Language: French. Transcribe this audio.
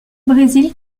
brésil